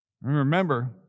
Remember